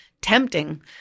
tempting